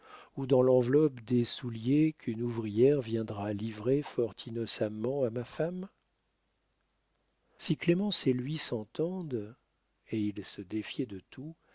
ou dans l'enveloppe des souliers qu'une ouvrière viendra livrer fort innocemment à ma femme si clémence et lui s'entendent et il se défiait de tout